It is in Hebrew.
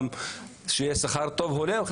וצריך שיהיה שכר טוב והולם,